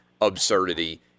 absurdity